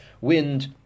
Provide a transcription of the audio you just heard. wind